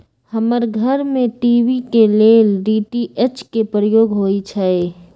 हमर घर में टी.वी के लेल डी.टी.एच के प्रयोग होइ छै